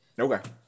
Okay